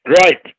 right